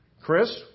Chris